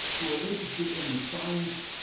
who are interested in the science,